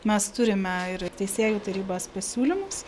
mes turime ir teisėjų tarybos pasiūlymus